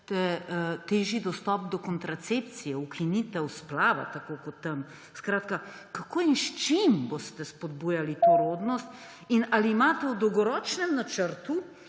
težji dostop do kontracepcije, ukinitev splava, tako kot tam? Kako in s čim boste spodbujali to rodnost? Ali imate v dolgoročnem načrtu